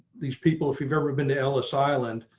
these people. if you've ever been to ellis island.